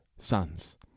Sons